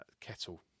kettle